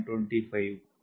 25 க்கு